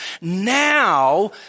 now